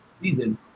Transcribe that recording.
season